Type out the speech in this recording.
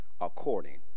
according